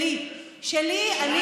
שלי, שלי.